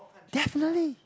definitely